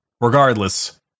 regardless